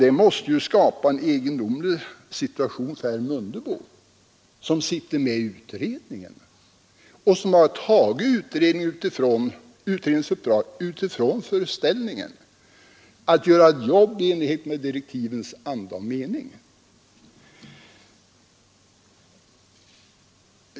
Det måste skapa en egendomlig situation för herr Mundebo, som sitter med i utredningen och som har tagit utredningsuppdraget utifrån föreställningen att den skulle göra ett jobb i enlighet med direktivens anda och mening.